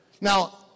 Now